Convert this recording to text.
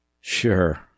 Sure